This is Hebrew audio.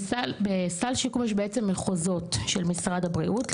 בסל שיקום יש בעצם מחוזות של משרד הבריאות.